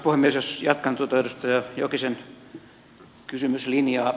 jos jatkan tuota edustaja jokisen kysymyslinjaa